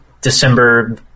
December